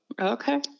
Okay